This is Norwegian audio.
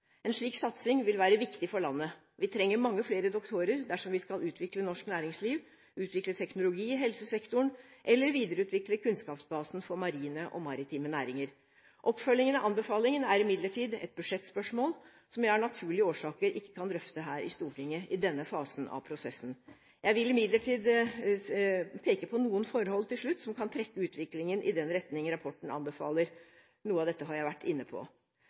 En slik satsing vil være viktig for landet. Vi trenger mange flere doktorer dersom vi skal utvikle norsk næringsliv, utvikle teknologi i helsesektoren eller videreutvikle kunnskapsbasen for marine og maritime næringer. Oppfølgingen av anbefalingen er imidlertid et budsjettspørsmål, som jeg av naturlige årsaker ikke kan drøfte her i Stortinget i denne fasen av prosessen. Jeg vil imidlertid peke på noen forhold til slutt som kan trekke utviklingen i den retning rapporten anbefaler – noe av dette har jeg vært inne på.